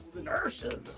inertia